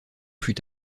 fut